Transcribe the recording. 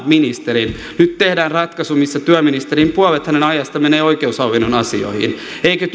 ministerin nyt tehdään ratkaisu missä puolet työministerin ajasta menee oikeushallinnon asioihin eikö